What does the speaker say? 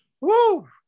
Woo